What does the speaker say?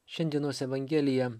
šiandienos evangelija